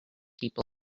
people